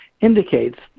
indicates